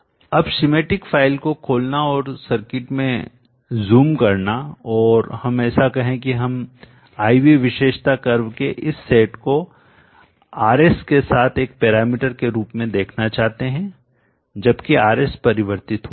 अब schematic file को खोलना और सर्किट में ज़ूम बड़ा करना और हम ऐसा कहें कि हम IV विशेषता कर्व के इस सेट को RS के साथ एक पैरामीटर के रूप में देखना चाहते हैं जबकि RS परिवर्तित होता है